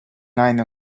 nine